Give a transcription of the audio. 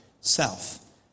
self